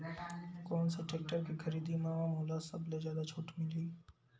कोन से टेक्टर के खरीदी म मोला सबले जादा छुट मिलही?